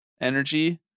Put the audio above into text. energy